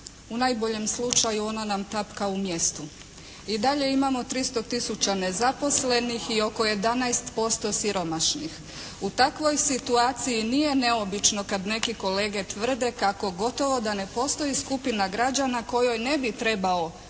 U najboljem slučaju ona nam tapka u mjestu. I dalje imamo 300 tisuća nezaposlenih i oko 11% siromašnih. U takvoj situaciji nije neobično kad neki kolege tvrde kako gotovo da ne postoji skupina građana kojoj ne bi trebao